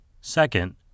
Second